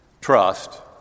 Trust